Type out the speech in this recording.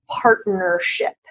partnership